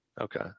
Okay